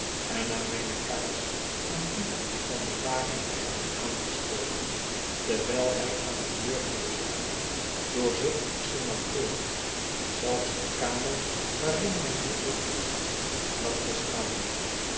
en na mijne kaars aan die van den waker te hebben aangestoken terwijl hij aan de deur bleef staan doorzocht ik ze nauwkeurig zelfs de kamer waarin mijn geduchte gast lag te slapen